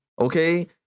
okay